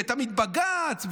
ותמיד בג"ץ,